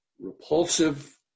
repulsive